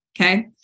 Okay